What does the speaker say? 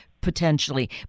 potentially